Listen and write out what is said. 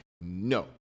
No